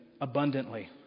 abundantly